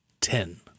ten